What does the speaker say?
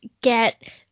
get